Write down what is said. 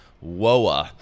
Whoa